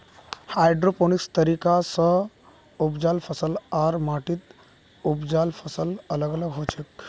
hydroponics तरीका स उपजाल फसल आर माटीत उपजाल फसल अलग अलग हछेक